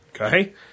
Okay